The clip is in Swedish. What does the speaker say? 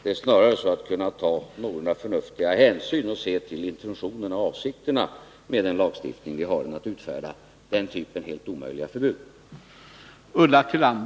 Det gäller snarare att ta någorlunda förnuftiga hänsyn och se till intentionerna med den lagstiftning vi har än att utfärda helt omöjliga förbud.